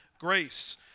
grace